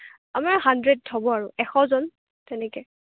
আপোনাৰ হাণ্ড্ৰেড হ'ব আৰু এশজন তেনেকৈ